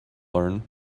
learn